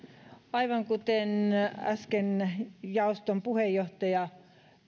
aivan kuten äsken jaoston puheenjohtaja